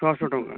ଛଅଶହ ଟଙ୍କା